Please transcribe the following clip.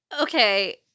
Okay